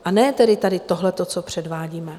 A ne tedy tady tohle, co předvádíme.